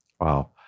Wow